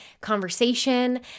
conversation